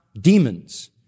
demons